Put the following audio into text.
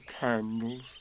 candles